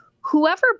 Whoever